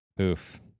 Oof